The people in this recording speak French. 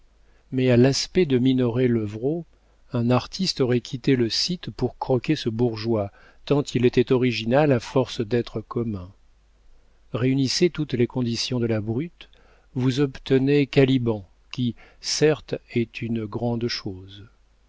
mais à l'aspect de minoret levrault un artiste aurait quitté le site pour croquer ce bourgeois tant il était original à force d'être commun réunissez toutes les conditions de la brute vous obtenez caliban qui certes est une grande chose